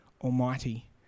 Almighty